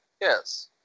Yes